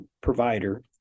provider